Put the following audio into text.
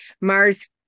Mars